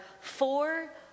four